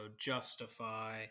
Justify